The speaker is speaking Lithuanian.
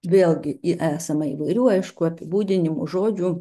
vėlgi esama įvairių aišku apibūdinimo žodžių